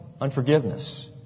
unforgiveness